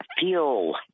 fuel